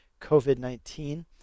COVID-19